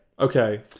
Okay